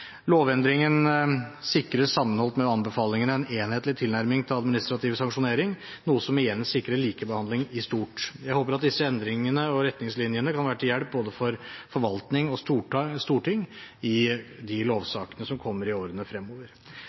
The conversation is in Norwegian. Lovendringen sikrer, sammenholdt med anbefalingene, en enhetlig tilnærming til administrativ sanksjonering, noe som igjen sikrer likebehandling i stort. Jeg håper at disse endringene og retningslinjene kan være til hjelp både for forvaltning og storting i de lovsakene som kommer i årene fremover.